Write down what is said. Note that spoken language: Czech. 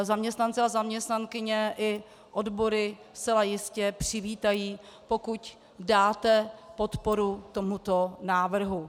Zaměstnanci a zaměstnankyně i odbory zcela jistě přivítají, pokud dáte podporu tomuto návrhu.